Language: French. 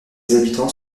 habitants